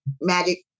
magic